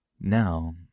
now